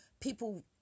People